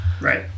Right